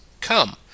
Come